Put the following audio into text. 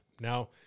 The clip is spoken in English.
now